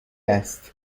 است